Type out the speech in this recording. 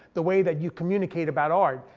the way that you communicate about art.